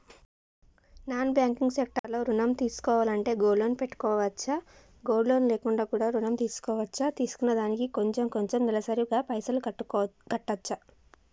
Non banking sector లో ఋణం తీసుకోవాలంటే గోల్డ్ లోన్ పెట్టుకోవచ్చా? గోల్డ్ లోన్ లేకుండా కూడా ఋణం తీసుకోవచ్చా? తీసుకున్న దానికి కొంచెం కొంచెం నెలసరి గా పైసలు కట్టొచ్చా?